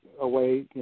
away